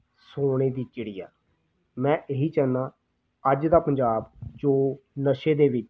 ਸੋਨੇ ਦੀ ਚਿੜੀਆ ਮੈਂ ਇਹੀ ਚਾਹੁੰਦਾ ਅੱਜ ਦਾ ਪੰਜਾਬ ਜੋ ਨਸ਼ੇ ਦੇ ਵਿੱਚ